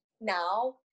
now